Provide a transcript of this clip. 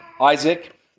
Isaac